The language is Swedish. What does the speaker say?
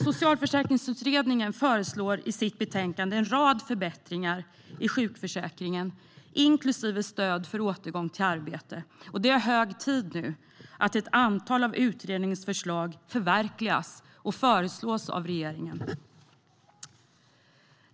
Socialförsäkringsutredningen föreslår i sitt betänkande en rad förbättringar i sjukförsäkringen, inklusive stöd för återgång i arbete. Nu är det hög tid att ett antal av utredningens förslag föreslås av regeringen och förverkligas.